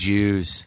Jews